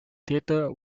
theatre